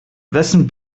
wessen